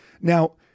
Now